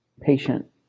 patient